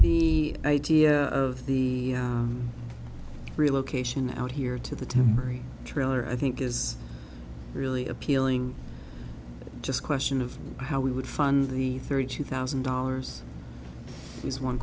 the idea of the relocation out here to the temporary trailer i think is really appealing just a question of how we would fund the thirty two thousand dollars is one